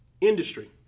industry